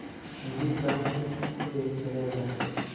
केन्द्रीय बैंक से चलेला